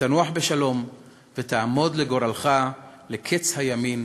ותנוח בשלום ותעמוד לגורלך לקץ הימים.